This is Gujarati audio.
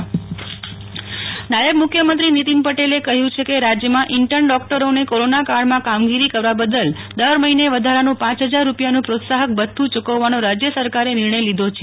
નેહલ ઠકકર નીતિન પટેલ ઈન્ટર્ન ડોકટર નાયબ મુખ્યમંત્રી નીતિન પટેલ કહયું છ કે રાજયમાં ઈન્ટર્ન ડોકટરોને કોરોના કાળમાં કામગીરી કરવા બદલ દર મહિને વધારાનું પાંચ હજાર રૂપિયાન પ્રોત્સાહક ભથ્થું ચુકવવાનો રાજય સરકારે નિર્ણય લીધો છે